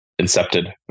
incepted